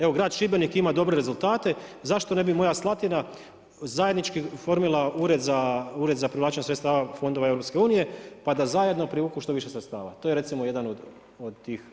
Evo grad Šibenik ima dobre rezultate zašto ne bi moja Slatina zajednički oformila ured za, Ured za privlačenje sredstava fondova EU, pa da zajedno privuku što više sredstava, to je recimo jedan od tih modela.